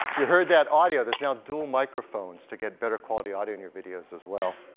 you heard that audio, there's now dual microphones to get better quality audio in your videos as well.